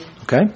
okay